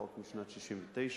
חוק משנת 1969,